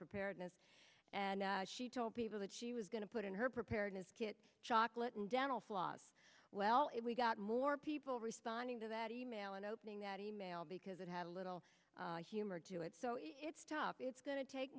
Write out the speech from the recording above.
preparedness and she told people that she was going to put in her preparedness kit chocolate and dental floss well if we got more people responding to that e mail and opening that e mail because it had a little humor to it so it's tough it's going t